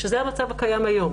שזה המצב הקיים היום.